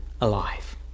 alive